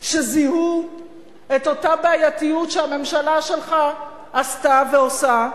שזיהו את אותה בעייתיות שהממשלה שלך עשתה ועושה,